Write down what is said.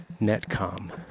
Netcom